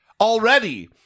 already